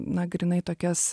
na grynai tokias